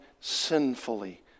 sinfully